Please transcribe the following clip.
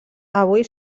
avui